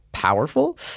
Powerful